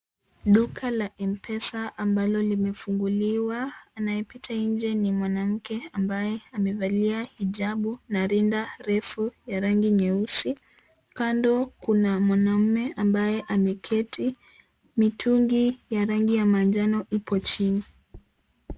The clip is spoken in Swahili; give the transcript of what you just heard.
Duka la M-Pesa ambalo limefunguliwa. Anayepita nje ni mwanamke ambaye amevalia hijabu na rinda refu ya rangi nyeusi. Kando kuna mwanaume ambaye ameketi. Mitungi ya rangi ya manjano ipo chini.